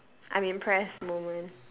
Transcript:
I'm impressed moment